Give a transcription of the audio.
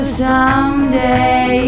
someday